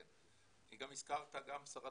כן, גם שרת